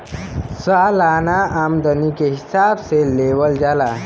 सालाना आमदनी के हिसाब से लेवल जाला